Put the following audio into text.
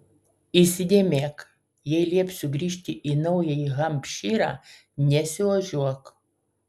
įsidėmėk jei liepsiu grįžti į naująjį hampšyrą nesiožiuok